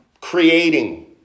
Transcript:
creating